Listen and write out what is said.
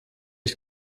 ich